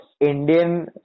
Indian